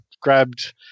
grabbed